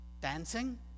Dancing